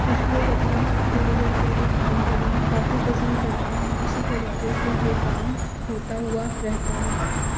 कुछ लोग अपना पीढ़ी दर पीढ़ी काम करना काफी पसंद करते हैं इसी तरीके से ये काम होता हुआ रहता है